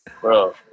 Bro